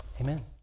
Amen